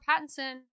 Pattinson